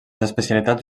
especialitats